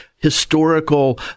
historical